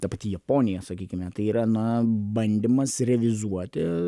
ta pati japonija sakykime tai yra na bandymas revizuoti